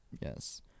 Yes